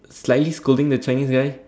slightly scolding the Chinese guy